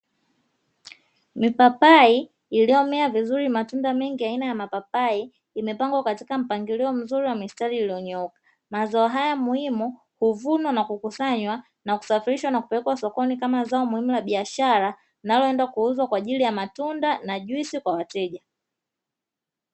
Mipapai iliyomea vizuri, matunda mengi aina ya mapapai imepangwa katika mpangilio mzuri wa mistari iliyonyooka, mazao haya muhimu huvunwa na kukusanywa na kusafirishwa kupelekwa sokoni kama zao muhimu la biashara, linaloendwa kuuzwa kwaajili ya matunda na juisi kwa wateja.